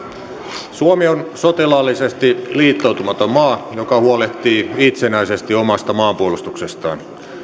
suomi on sotilaallisesti liittoutumaton maa joka huolehtii itsenäisesti omasta maanpuolustuksestaan